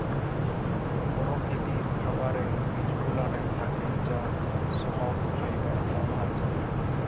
পরকিতির খাবারের বিজগুলানের থ্যাকে যা সহব ফাইবার পাওয়া জায়